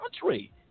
country